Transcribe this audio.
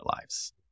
lives